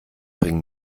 bring